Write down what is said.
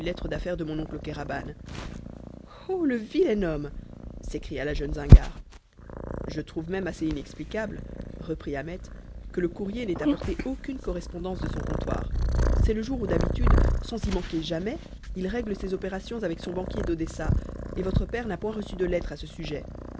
d'affaires de mon oncle kéraban oh le vilain homme s'écria la jeune zingare je trouve même assez inexplicable reprit ahmet que le courrier n'ait apporté aucune correspondance de son comptoir c'est le jour où d'habitude sans y manquer jamais il règle ses opérations avec son banquier d'odessa et votre père n'a point reçu de lettre à ce sujet